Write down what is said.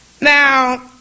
Now